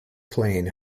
plane